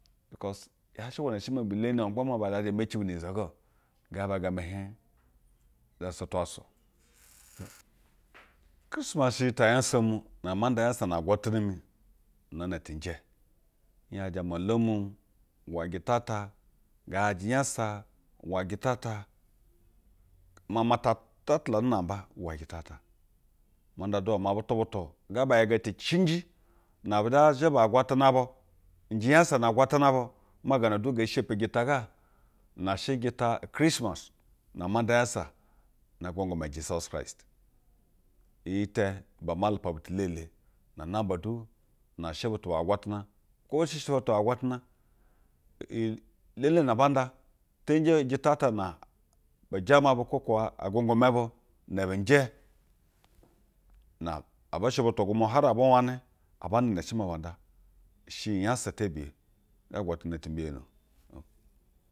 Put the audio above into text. Bikos, yaa shɛ iwene she maa bu teni magba maa ba zhajɛ emeci bunu unyi zog ga om gaaba ɛɛ gɛ mɛ hiej? Za sa mu na ama nda unyasa na agwatana mu naa na te njɛ nyaje ame olom uwa jito ata, ngaa yoje unyasa uwa jita ata. Mama ta tatulanu namba uwe bu̱tu̱ butu̱ ga ba yoga ticinji ba ni zhe zheha agwatana abu nje unyasa na agwatana bu maa gaa na du ngee shepi jita ga, na she jita ukrismas na ama nda unyasa ne agwawgama jisus kraist. Iyi te ibe ama lupo butu̱ elele na namba du na she bu̱tu̱ ba agwatana. Kwo be shɛ butu ba agwatanai iyi elele na banda teyinje ujita na bujama bu kwo kuwa agwangwama bu na be nje abu shɛ butu gwumwo hore abu wanɛ aba nda iyi ne she maa ba nda. U she iyi unyasa tebiya ga agwatana ti mbiyono